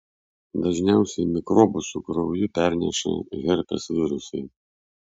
dažniausiai mikrobus su krauju perneša herpes virusai